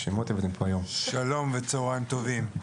שלום וצוהריים טובים.